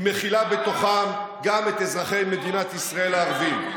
היא מכילה בתוכם גם את אזרחי מדינת ישראל הערבים.